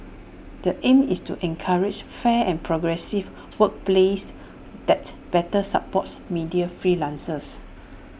the aim is to encourage fair and progressive workplaces that better supports media freelancers